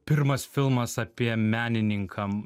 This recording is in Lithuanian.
pirmas filmas apie menininkam